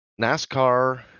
NASCAR